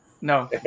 No